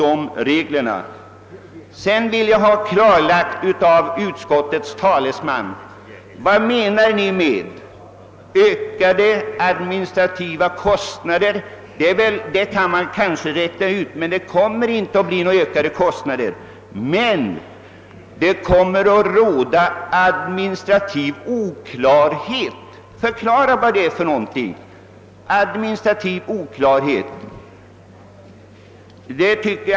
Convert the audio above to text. Sedan skulle jag vilja att utskottets talesman för mig klarlägger uttrycket: » Utskottets förslag har motiverats med att kostnaderna för administrationen av jaktvården skulle öka ———.» Kanske kan man förstå tankegången i detta, men jag kan försäkra att det inte kommer att bli några ökade kostnader. Sedan säger utskottet att adminstrativ oklarhet skulle uppstå.